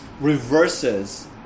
reverses